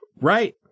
Right